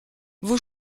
vos